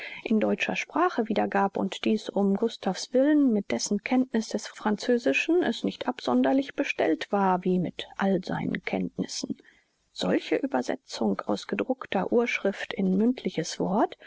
in deutscher sprache wiedergab und dieß um gustav's willen mit dessen kenntniß des französischen es nicht absonderlich bestellt war wie mit all seinen kenntnissen solche uebersetzung aus gedruckter urschrift in mündliches wort